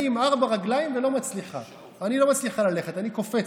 אני עם ארבע רגליים ולא מצליחה ללכת, אני קופצת.